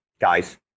guys